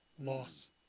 loss